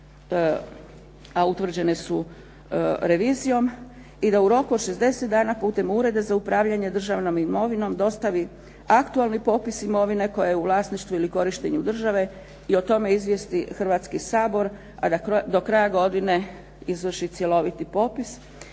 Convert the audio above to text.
a utvrđene su revizijom i da u roku od 60 dana putem Ureda za upravljanje državnom imovinom dostavi aktualni popis imovine koja je u vlasništvu ili korištenju države i o tome izvijesti Hrvatski sabor, a da do kraja godine izvrši cjeloviti popis.